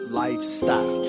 lifestyle